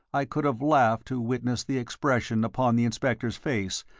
i could have laughed to witness the expression upon the inspector's face,